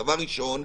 דבר ראשון,